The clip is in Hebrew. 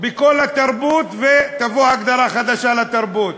בכל התרבות, ושתבוא הגדרה חדשה לתרבות.